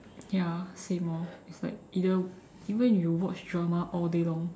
ya same orh it's like either even if you watch drama all day long